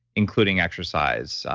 including exercise,